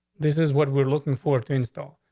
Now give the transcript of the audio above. this is what we're looking for to install.